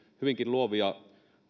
hyvinkin luovia